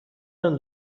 learn